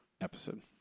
episode